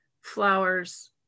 flowers